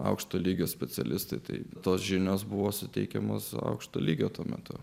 aukšto lygio specialistai tai tos žinios buvo suteikiamos aukšto lygio tuo metu